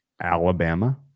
Alabama